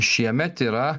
šiemet yra